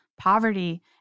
poverty